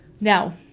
Now